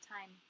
time